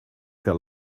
faire